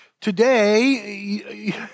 Today